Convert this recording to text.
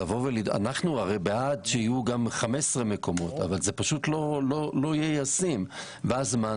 אנחנו בעד שיהיו גם 15 מקומות אבל זה פשוט לא יהיה ישים ואז מה,